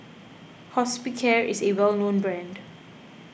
Hospicare is a well known brand